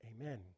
Amen